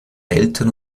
eltern